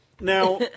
Now